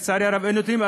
לצערי הרב אין נתונים.